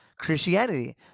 Christianity